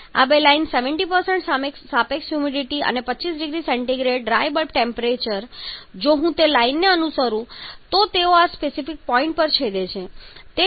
આ બે લાઈન 70 સાપેક્ષ હ્યુમિડિટી અને 25 0C ડ્રાય બલ્બ ટેમ્પરેચર જો હું તે લાઈનને અનુસરું છું જે તેઓ આ સ્પેસિફિક પોઇન્ટ પર છેદે છે તેથી તે પોઇન્ટ છે